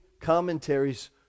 commentaries